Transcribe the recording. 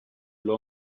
lew